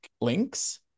links